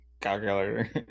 calculator